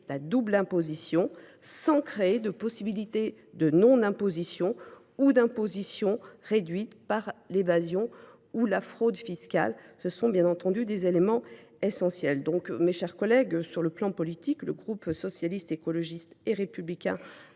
la double imposition sans créer de possibilité de non imposition ou d’imposition réduite par l’évasion ou la fraude fiscale. Ce sont également des avancées majeures. Mes chers collègues, sur le plan politique, les membres du groupe Socialiste, Écologiste et Républicain